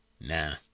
nah